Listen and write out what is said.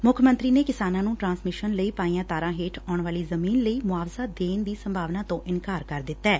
ਮੁੱਖ ਮੰਤਰੀ ਨੇ ਕਿਸਾਨਾਂ ਨੰ ਟਰਾਂਸਮਿਸ਼ਨ ਲਈ ਪਾਈਆਂ ਤਾਰਾਂ ਹੇਠ ਆਉਣ ਵਾਲੀ ਜ਼ਮੀਨ ਲਈ ਮੁਆਵਜ਼ਾ ਦੇਣ ਦੀ ਸੰਭਾਵਨਾ ਤੋਂ ਇਨਕਾਰ ਕਰ ਦਿੱਤੈ